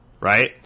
right